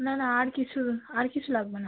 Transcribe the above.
না না আর কিছু আর কিছু লাগবে না